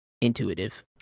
intuitive